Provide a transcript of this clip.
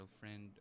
girlfriend